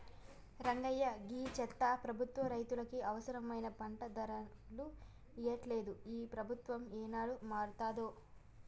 రంగయ్య గీ చెత్త ప్రభుత్వం రైతులకు అవసరమైన పంట ధరలు ఇయ్యట్లలేదు, ఈ ప్రభుత్వం ఏనాడు మారతాదో